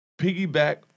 Piggyback